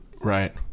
right